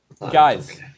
Guys